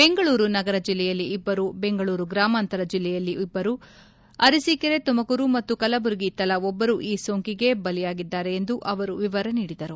ಬೆಂಗಳೂರು ನಗರ ಜಿಲ್ಲೆಯಲ್ಲಿ ಇಬ್ಬರು ಬೆಂಗಳೂರು ಗ್ರಾಮಾಂತರ ಜಿಲ್ಲೆಯಲ್ಲಿ ಒಬ್ಬರು ಅರಸೀಕೆರೆ ತುಮಕೂರು ಮತ್ತು ಕಲಬುರಗಿ ತಲಾ ಒಬ್ಬರು ಈ ಸೋಂಕಿಗೆ ಬಲಿಯಾಗಿದ್ದಾರೆ ಎಂದು ಅವರು ವಿವರ ನೀಡಿದರು